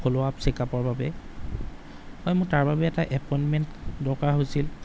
follow up চেকআপৰ বাবে হয় মোক তাৰবাবে এটা এপইণ্টমেণ্ট দৰকাৰ হৈছিল